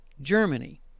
Germany